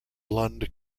lund